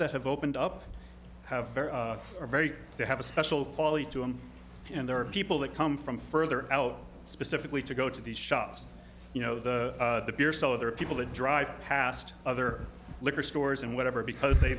that have opened up have are very they have a special quality to it and there are people that come from further out specifically to go to these shops you know the beer so there are people to drive past other liquor stores and whatever because they